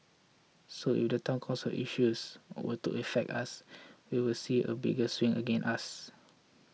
so if the Town Council issues were to affect us we will see a bigger swing against us